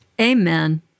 Amen